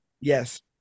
Yes